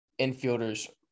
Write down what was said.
infielders